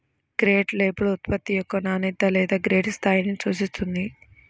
grade label ఉత్పత్తి యొక్క నాణ్యత లేదా గ్రేడ్ స్థాయిని సూచిస్తుంది